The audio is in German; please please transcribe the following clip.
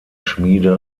schmiede